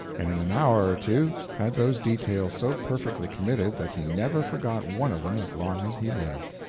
and in an hour or two had those details so perfectly committed that he never forgot one of them as long as he lived.